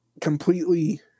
completely